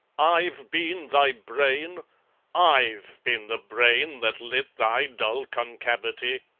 i've been thy brain i've been the brain that lit thy dull concavity!